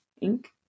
Ink